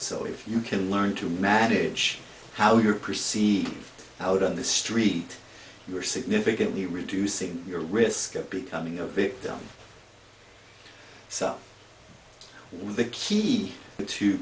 so if you can learn to manage how you're perceived out on the street you are significantly reducing your risk of becoming a victim so the key to